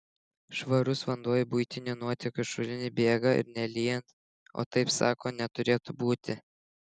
švarus vanduo į buitinių nuotekų šulinį bėga ir nelyjant o taip sako neturėtų būti